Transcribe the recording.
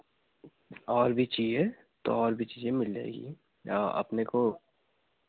और भी चहिए तो और चीज़ें भी मिल जाएँगी अपने को